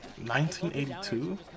1982